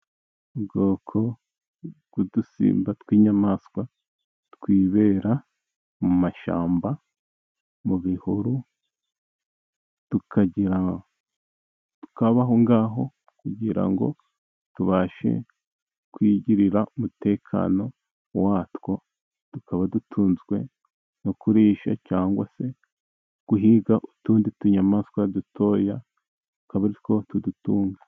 Ubwoko bw'udusimba tw'inyamaswa twibera mu mashyamba, mu bihuru, tukagira tukaba aho ngaho, kugira ngo tubashe kwigirira umutekano wa two, tukaba dutunzwe no kurisha cyangwa se guhiga utundi tunyamaswa dutoya, akaba ari two tudutunga.